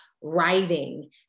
writing